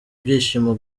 ibyishimo